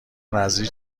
نذری